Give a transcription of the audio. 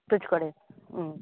तेचे कडेन